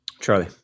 Charlie